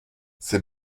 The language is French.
ces